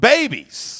Babies